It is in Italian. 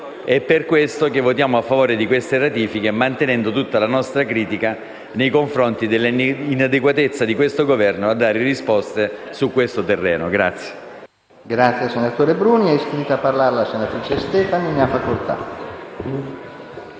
È per questo che votiamo a favore delle ratifiche in esame, mantenendo tutta la nostra critica nei confronti dell'inadeguatezza del Governo a dare risposte su questo terreno.